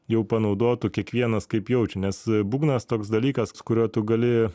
jau panaudotų kiekvienas kaip jaučia nes būgnas toks dalykas su kurio tu gali